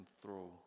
throw